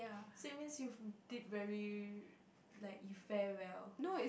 so it means you did very like you fare well